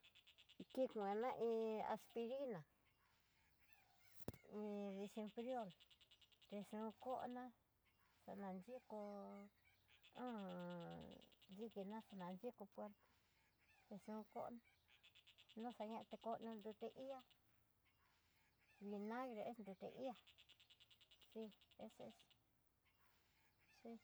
Kikuana iin aspirina, iin desinfrior, té yon koná kananrío dikina xa diko kó noxaña té konro nruté ihá, minagre es nruté ihá si es ese sí.